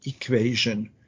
equation